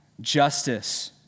Justice